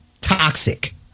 toxic